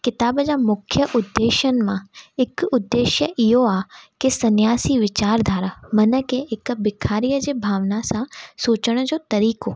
किताब जा मुख्य उद्देश्यनि मां हिक उद्देश्य इहो आहे की सन्यासी विचारधारा मना के हिक बिखारीअ जे भावना सां सोचण जो तरीक़ो